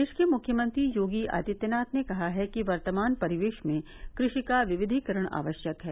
प्रदेश के मुख्यमंत्री योगी आदित्यनाथ ने कहा है कि वर्तमान परिवेश में कृषि का विविधिकरण आवश्यक है